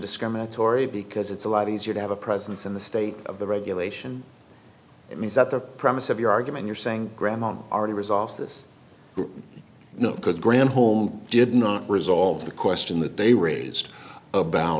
discriminatory because it's a lot easier to have a presence in the state of the regulation it means that the premise of your argument you're saying grandma arteries off this group no good granholm did not resolve the question that they raised about